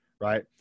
right